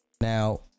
now